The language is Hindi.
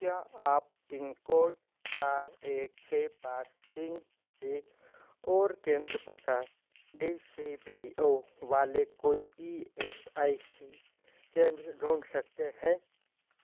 क्या आप पिनकोड चार एक छ पाँच तीन एक और केंद्र प्रकार डी सी बी ओ वाले कोई ई एस आई सी केंद्र ढूँढ सकते हैं